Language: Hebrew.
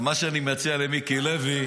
אבל מה שאני מציע למיקי לוי,